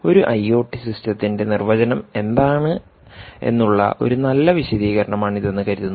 ഒരു ഐഒടി സിസ്റ്റത്തിന്റെ നിർവ്വചനം എന്താണെന്ന് ഉള്ള ഒരു നല്ല വിശദീകരണം ആണിതെന്ന് കരുതുന്നു